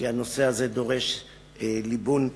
כי הנושא דורש ליבון מפורט.